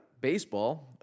baseball